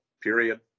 period